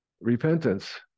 Repentance